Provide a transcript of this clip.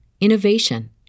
innovation